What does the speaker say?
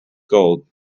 gold